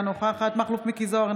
אינה נוכחת מכלוף מיקי זוהר,